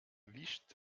wischt